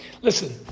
listen